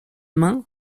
main